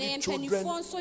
Children